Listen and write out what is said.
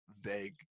Vague